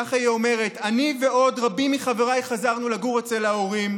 ככה היא אומרת: אני ועוד רבים מחבריי חזרנו לגור אצל ההורים,